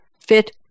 fit